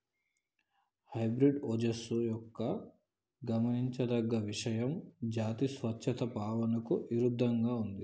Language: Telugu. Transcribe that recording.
హైబ్రిడ్ ఓజస్సు యొక్క గమనించదగ్గ ఇషయం జాతి స్వచ్ఛత భావనకు ఇరుద్దంగా ఉంది